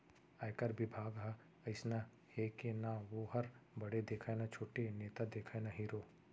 आयकर बिभाग ह अइसना हे के ना वोहर बड़े देखय न छोटे, नेता देखय न हीरो